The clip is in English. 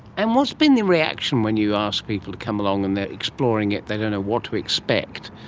and what has been the reaction when you ask people to come along and they are exploring it, they don't know what to expect?